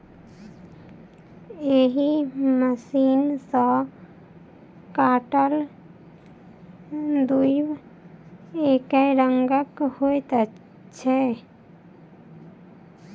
एहि मशीन सॅ काटल दुइब एकै रंगक होइत छै